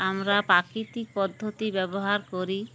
আমরা প্রাকৃতিক পদ্ধতি ব্যবহার করি